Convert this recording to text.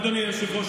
אדוני היושב-ראש,